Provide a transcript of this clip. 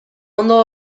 ondo